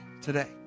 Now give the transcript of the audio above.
today